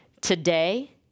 today